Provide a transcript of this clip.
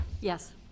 Yes